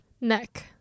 Neck